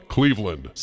Cleveland